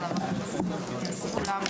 14:00.